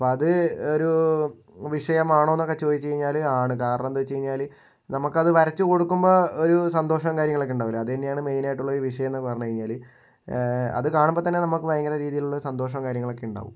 അപ്പോൾ അത് ഒരു വിഷയം ആണെന്നൊക്കെ ചോദിച്ച് കഴിഞ്ഞാൽ ആണ് കാരണം എന്താണെന്ന് വെച്ച് കഴിഞ്ഞാൽ നമുക്കത് വരച്ചു കൊടുക്കുമ്പോൾ ഒരു സന്തോഷവും കാര്യങ്ങളുമൊക്കെ ഉണ്ടാകില്ലേ അതു തന്നെയാണ് മെയിനായിട്ടുള്ള ഒരു വിഷയം എന്ന് പറഞ്ഞു കഴിഞ്ഞാൽ അത് കാണുമ്പം തന്നെ നമ്മൾക്ക് ഭയങ്കര രീതിയിലുള്ള ഒരു സന്തോഷവും കാര്യങ്ങളും ഒക്കെ ഉണ്ടാകും